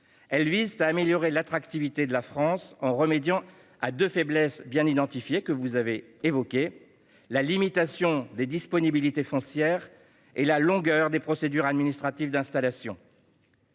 Elles visent à améliorer l'attractivité de la France en remédiant à deux faiblesses bien identifiées, que vous avez évoquées : la limitation des disponibilités foncières et la longueur des procédures administratives d'installation.